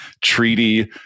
treaty